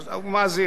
הפריפריה,